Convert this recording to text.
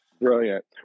Brilliant